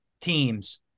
team's